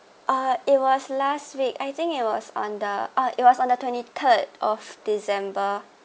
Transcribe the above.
it was last week I think it was on the uh it was on the twenty third of december